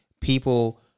People